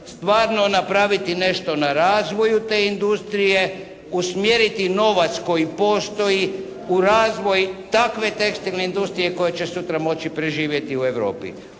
stvarno napraviti nešto na razvoju te industrije, usmjeriti novac koji postoji u razvoj takve tekstilne industrije koja će sutra moći preživjeti u Europi.